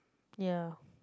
ya